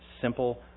simple